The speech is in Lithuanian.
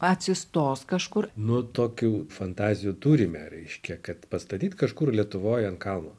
atsistos kažkur nu tokių fantazijų turime reiškia kad pastatyt kažkur lietuvoj ant kalno